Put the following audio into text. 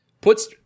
puts